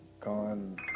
gone